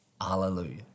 hallelujah